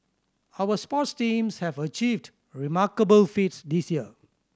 our sports teams have achieved remarkable feats this year